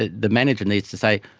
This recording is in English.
ah the manager needs to say,